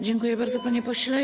Dziękuję bardzo, panie pośle.